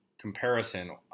comparison